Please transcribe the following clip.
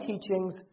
teachings